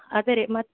ಅದೇ ರೀ ಮತ್ತೆ